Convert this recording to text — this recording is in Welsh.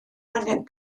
angen